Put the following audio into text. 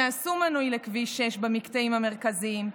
שעשו מנוי לכביש 6 במקטעים המרכזיים,